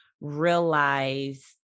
realize